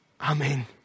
Amen